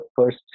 first